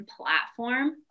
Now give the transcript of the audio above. platform